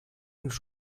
ens